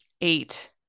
eight